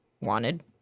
wanted